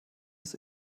des